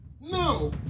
No